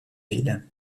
ville